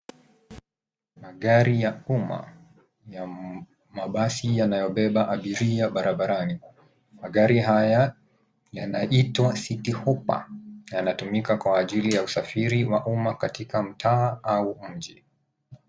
Magari ya umma ya mabasi yanayobeba abiria barabarani. Magari haya yanaitwa cityhopper. Yanatumika kwa ajili ya usafiri wa umma katika mtaa au mji.